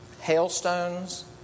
Hailstones